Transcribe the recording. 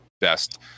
best